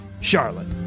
Charlotte